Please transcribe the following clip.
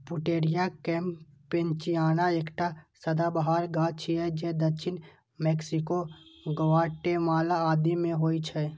Pouteria campechiana एकटा सदाबहार गाछ छियै जे दक्षिण मैक्सिको, ग्वाटेमाला आदि मे होइ छै